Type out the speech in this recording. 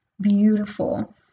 beautiful